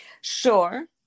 Sure